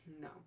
No